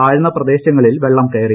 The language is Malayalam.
താഴ്ന്ന പ്രദേശങ്ങളിൽ വെള്ളം കയറി